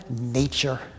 nature